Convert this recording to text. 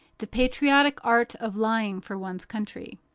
the patriotic art of lying for one's country.